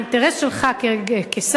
האינטרס שלך כשר,